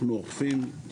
אנחנו אוכפים,